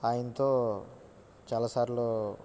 ఆయనతో చాలాసార్లు